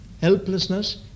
helplessness